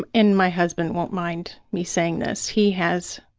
um and my husband won't mind me saying this, he has,